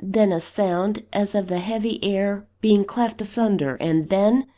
then, a sound as of the heavy air being cleft asunder and then,